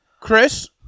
Chris